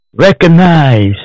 recognize